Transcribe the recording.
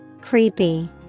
creepy